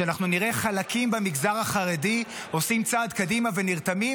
שאנחנו נראה חלקים במגזר החרדי עושים צעד קדימה ונרתמים,